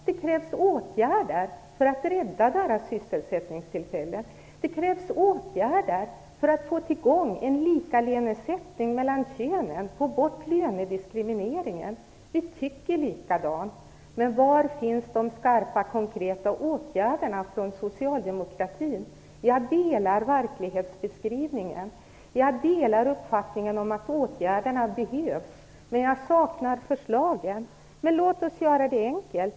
Det krävs åtgärder för att rädda deras sysselsättningstillfällen. Det krävs också åtgärder för att få i gång en likalönesättning mellan könen och få bort lönediskrimineringen. Vi tycker likadant. Men var finns de skarpa konkreta åtgärderna från socialdemokratins sida? Jag håller med om gjorda verklighetsbeskrivning och delar uppfattningen att åtgärder behövs, men jag saknar förslagen. Låt oss då göra det enkelt!